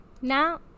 Now